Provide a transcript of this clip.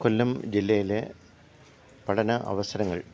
കൊല്ലം ജില്ലയിലെ പഠന അവസരങ്ങള്